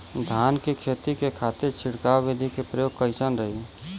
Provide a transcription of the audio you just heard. धान के खेती के खातीर छिड़काव विधी के प्रयोग कइसन रही?